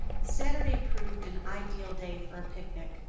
saturday proved an ideal day for a picnic.